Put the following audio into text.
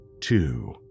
two